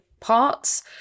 parts